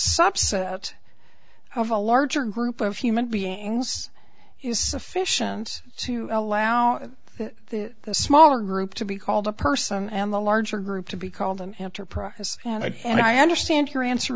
subset of a larger group of human beings is sufficient to allow the smaller group to be called a person and the larger group to be called them after process and i understand your answer